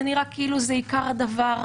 זה נראה כאילו זה עיקר הדבר.